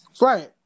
right